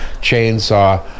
chainsaw